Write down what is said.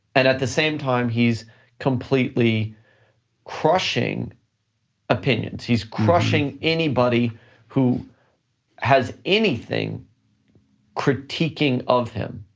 and at the same time, he's completely crushing opinions. he's crushing anybody who has anything critiquing of him,